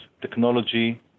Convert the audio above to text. technology